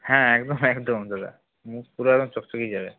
হ্যাঁ একদম একদম দাদা মুখ পুরো একদম চকচকিয়ে যাবে